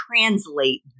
translate